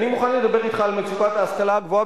אני מוכן לדבר אתך על מצוקת ההשכלה הגבוהה.